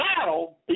battle